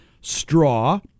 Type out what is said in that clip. Straw